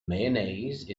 mayonnaise